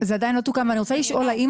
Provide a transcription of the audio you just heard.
זה עדיין לא תוקן ואני רוצה לשאול האם